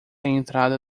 entrada